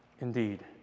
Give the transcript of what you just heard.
indeed